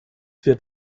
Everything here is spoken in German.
wird